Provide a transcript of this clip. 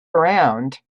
around